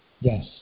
Yes